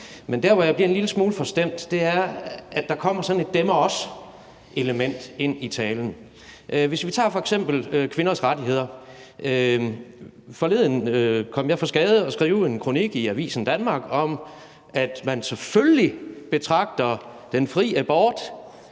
Men der, hvor jeg bliver en lille smule forstemt, er, at der kommer sådan et dem og os-element ind i talen. Vi kan f.eks. tage kvinders rettigheder. Forleden kom jeg for skade at skrive en kronik i Avisen Danmark om, at man selvfølgelig betragter den fri abort